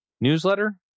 newsletter